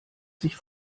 sich